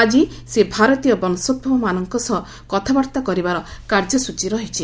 ଆଜି ସେ ଭାରତୀୟ ବଂଶୋଭବମାନଙ୍କ ସହ କଥାବାର୍ତ୍ତା କରିବାର କାର୍ଯ୍ୟସ୍ତୀ ରହିଛି